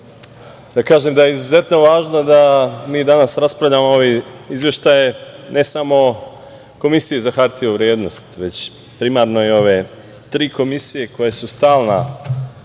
da kažem da je izuzetno važno da mi danas raspravljamo ove izveštaje, ne samo o Komisiji za hartije od vrednosti, već primarno i ove tri komisije koje su stalna